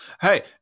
Hey